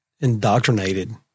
indoctrinated